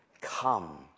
Come